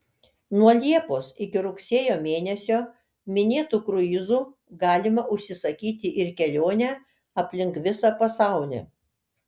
nuo liepos iki rugsėjo mėnesio minėtu kruizu galima užsisakyti ir kelionę aplink visą pasaulį